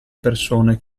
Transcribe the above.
persone